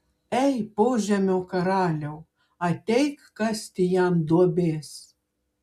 ei požemio karaliau ateik kasti jam duobės